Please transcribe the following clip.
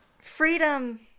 freedom